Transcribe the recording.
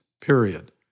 period